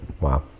wow